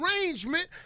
arrangement